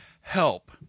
help